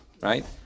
right